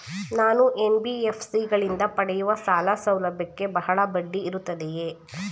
ನಾನು ಎನ್.ಬಿ.ಎಫ್.ಸಿ ಗಳಿಂದ ಪಡೆಯುವ ಸಾಲ ಸೌಲಭ್ಯಕ್ಕೆ ಬಹಳ ಬಡ್ಡಿ ಇರುತ್ತದೆಯೇ?